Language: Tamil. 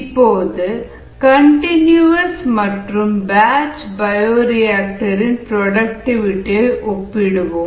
இப்போது கண்டினியூவஸ் மற்றும் பேட்ச் பயோரியாக்டர் இன் புரோடக்டிவிடி ஒப்பிடுவோம்